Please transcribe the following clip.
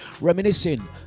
reminiscing